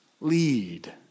lead